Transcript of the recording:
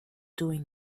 doing